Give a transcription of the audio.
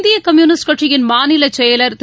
இந்திய கம்யூனிஸ்ட் கட்சியின் மாநிலச் செயலர் திரு